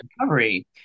recovery